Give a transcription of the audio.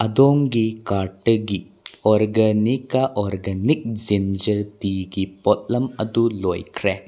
ꯑꯗꯣꯝꯒꯤ ꯀꯥꯔꯗꯇꯒꯤ ꯑꯣꯔꯒꯅꯤꯛꯀꯥ ꯑꯣꯔꯒꯅꯤꯛ ꯖꯤꯟꯖꯔ ꯇꯤꯒꯤ ꯄꯣꯠꯂꯝ ꯑꯗꯨ ꯂꯣꯏꯈ꯭ꯔꯦ